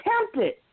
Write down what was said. tempted